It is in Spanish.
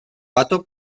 pato